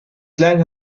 klein